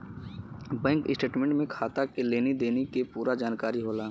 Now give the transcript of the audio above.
bank statement में खाता के लेनी देनी के पूरा जानकारी होला